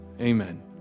Amen